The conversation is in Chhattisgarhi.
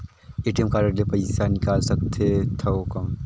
ए.टी.एम कारड ले पइसा निकाल सकथे थव कौन?